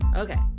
Okay